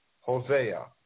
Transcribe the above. Hosea